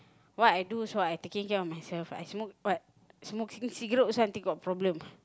what I do is what I taking care on myself I smoke what smoking cigarette also until got problem